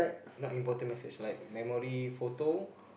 not important message like memory photo